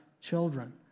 children